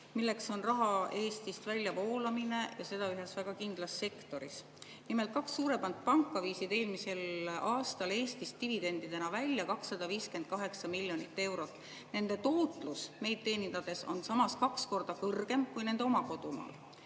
raha Eestist väljavoolamine ja seda ühes väga kindlas sektoris. Nimelt, kaks suuremat panka viisid eelmisel aastal Eestist dividendidena välja 258 miljonit eurot. Nende tootlus meid teenindades on samas kaks korda kõrgem kui nende oma kodumaal.